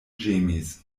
ĝemis